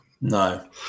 No